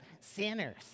sinners